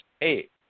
eight